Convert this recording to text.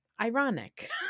ironic